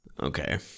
Okay